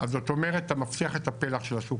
אז זאת אומרת אתה מבטיח את הפלח של השוק